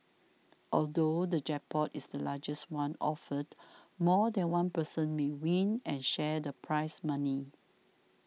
although the jackpot is the largest one offered more than one person may win and share the prize money